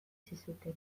zizuten